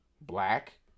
black